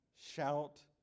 shout